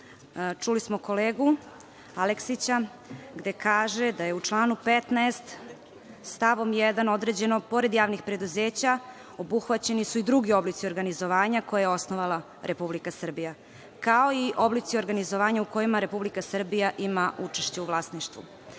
Čuli smo kolegu Aleksića, gde kaže da je u članu 15. stavom 1. određeno, pored javnih preduzeća, obuhvaćeni su i drugi oblici organizovanja, koja je osnovala Republika Srbija, kao i oblici organizovanja u kojima Republika Srbija ima učešće u vlasništvu.S